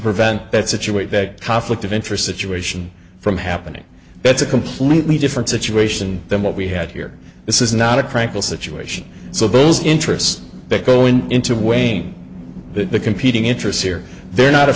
prevent that situate that conflict of interest situation from happening that's a completely different situation than what we had here this is not a tranquil situation so those interests that go in into weighing the competing interests here they're not a